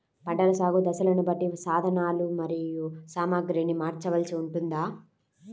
పంటల సాగు దశలను బట్టి సాధనలు మరియు సామాగ్రిని మార్చవలసి ఉంటుందా?